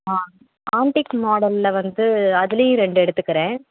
ஆ antique மாடலில் வந்து அதுலையும் ரெண்டு எடுத்துக்குறோம்